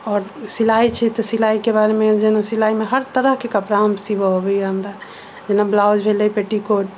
आओर सिलाइ छै तऽ सिलाइके बारेमे जेना सिलाइमे हर तरहके कपड़ा हम सीबऽ अबैया हमरा जेना ब्लाउज भेलै पेटीकोट